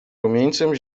rumieńcem